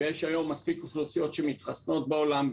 יש היום מספיק אוכלוסיות שמתחסנות בעולם,